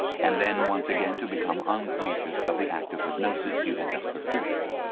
and then, once again, to become unconscious of the act of hypnosis you had just performed.